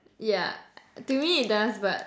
yeah to me it does but